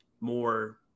more